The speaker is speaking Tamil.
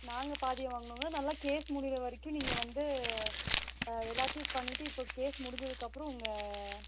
நாங்கள் பாதி வாங்கணுங்களா நல்லா கேஸ் முடிகிறவரைக்கும் நீங்கள் வந்து எல்லாத்தையும் பண்ணிவிட்டு இப்போ கேஸ் முடிஞ்சதுக்கு அப்புறம் உங்கள்